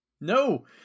No